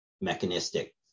mechanistic